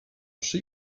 przy